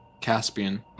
Caspian